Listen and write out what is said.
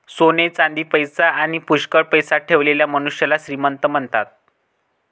सोने चांदी, पैसा आणी पुष्कळ पैसा ठेवलेल्या मनुष्याला श्रीमंत म्हणतात